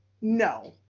no